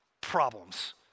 problems